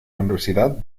universidad